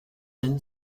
and